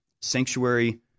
sanctuary